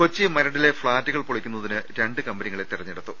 കൊച്ചി മരടിലെ ഫ്ളാറ്റുകൾ പൊളിക്കുന്നതിന് രണ്ടു കമ്പനി കളെ തെരഞ്ഞെടുത്തു